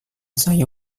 saya